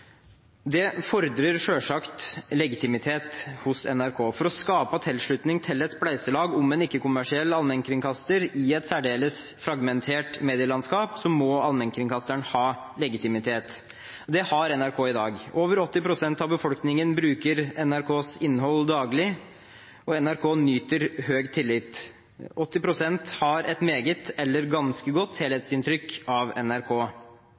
Det fordrer selvsagt legitimitet hos NRK. For å skape tilslutning til et spleiselag om en ikke-kommersiell allmennkringkaster i et særdeles fragmentert medielandskap må allmennkringkasteren ha legitimitet. Det har NRK i dag. Over 80 pst. av befolkningen bruker NRKs innhold daglig, og NRK nyter høy tillit. 80 pst. har et meget eller ganske godt helhetsinntrykk av NRK.